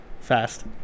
Fast